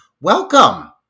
welcome